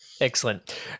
Excellent